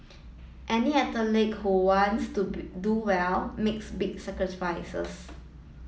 any athlete who wants to do well makes big sacrifices